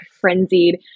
frenzied